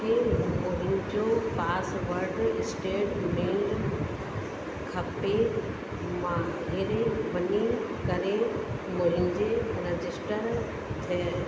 मूंखे मुंहिंजो password statement खपे माहिरबनी करे मुंहिंजे रजिस्टर थिय